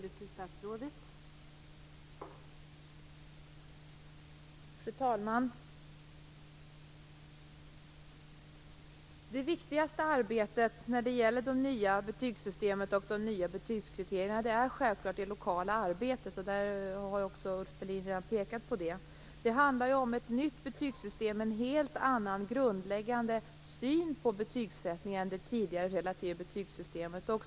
Fru talman! Det viktigaste arbetet när det gäller det nya betygsystemet och de nya betygskriterierna är självklart det lokala arbetet. Det har också Ulf Melin påpekat. Det handlar om ett nytt betygsystem med en helt annan grundläggande syn på betygsättningen än i det tidigare relativa betygsystemet.